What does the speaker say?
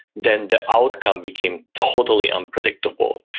then the outcome became totally unpredictable.